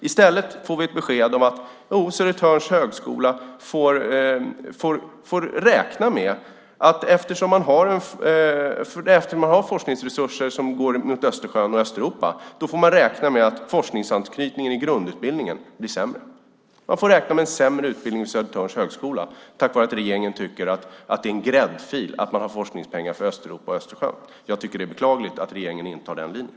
I stället får vi besked om att Södertörns högskola får räkna med, eftersom man har forskningsresurser inriktade på Östersjön och Östeuropa, att forskningsanknytningen i grundutbildningen blir sämre. Man får räkna med en sämre utbildning vid Södertörns högskola på grund av att regeringen tycker att det är en gräddfil att ha forskningspengar för Östeuropa och Östersjön. Jag tycker att det är beklagligt att regeringen har den linjen.